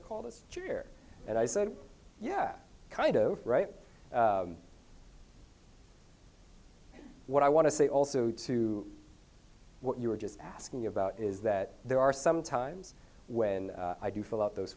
to call this year and i said yeah kind of right what i want to say also to what you were just asking about is that there are some times when i do fill out those